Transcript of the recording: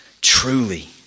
truly